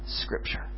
Scripture